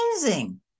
amazing